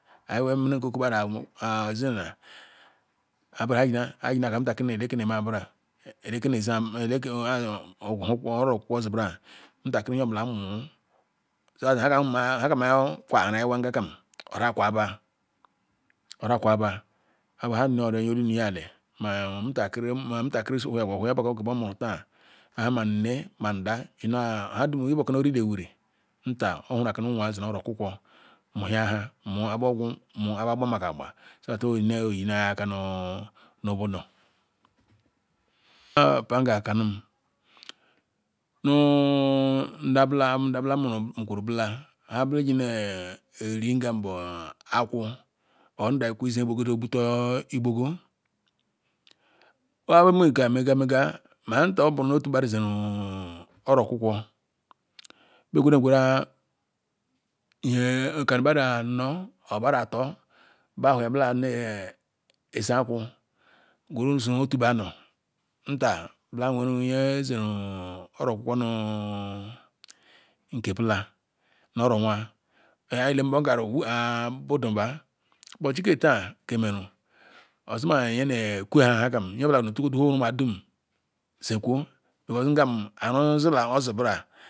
Ayi wah Menen keh okoh budu ayi zene abu ayi yina nyeke nne emeha nbana eleke ne-ezeh-ah oro-okukwo zi bona ntakiri nyeobula nmuru nhekam ayi kwa-ngakam ora-kwa bah obu hah ori ri ni yand mah omuntakiri soyaga mah keh wormu eah ayi mah nne mah ndah nha dum obuko nu orile wuri ntah ohuro nu woi zi nu oro okukwo ma bna woh ugu mahia wah gbamaka so that ojin ehinaka nu nu bula or papa nya kanum nu ndah buk ndah nkuru bula weh ji ne eri rgaon bu aku or ndah kwu zene igbugo orha weh nnega migar megor bu noh otugbani zehj roh roo-okukwo bia beh gwe ra iyeh gboni anor or gbani ator gbabula ne ezeh aku gneru zu otu badu ntah bula weru nyazewru roo-okukwo mu nkebula nu oro-nnah yabu ele-mbum ngana wu-ah budu bah obochi nke-tah ozimah nyene ekwu-ah nu hakam nyeobula ne etu the whole omu-ah zekwo because ogem eru zila osh zi nbma.